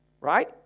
Right